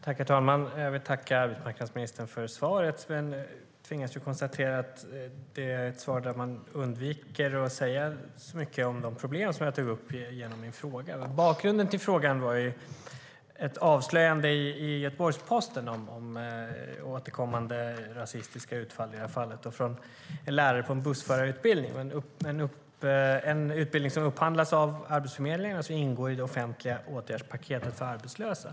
Herr talman! Jag vill tacka arbetsmarknadsministern för svaret men tvingas konstatera att det är ett svar där hon undviker att säga mycket om de problem som jag tog upp i min fråga. Bakgrunden till frågan var ett avslöjande i Göteborgs-Posten om återkommande rasistiska utfall, i det här fallet från en lärare på en bussförarutbildning. Det är en utbildning som upphandlas av Arbetsförmedlingen och som ingår i det offentliga åtgärdspaketet för arbetslösa.